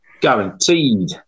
guaranteed